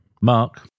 Mark